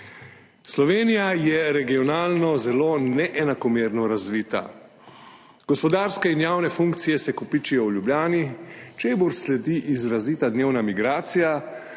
Slovenija je regionalno zelo neenakomerno razvita. Gospodarske in javne funkcije se kopičijo v Ljubljani, čemur sledi izrazita dnevna migracija,